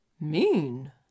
Mean